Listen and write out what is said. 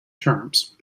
terms